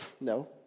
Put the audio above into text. no